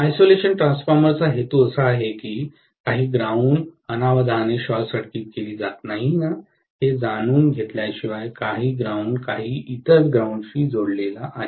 isolation ट्रान्सफॉर्मरचा हेतू असा आहे की काही ग्राउंड अनावधानाने शॉर्ट सर्किट केली जात नाही हे जाणून घेतल्याशिवाय काही ग्राउंड काही इतर ग्राउंड शी जोडलेला आहे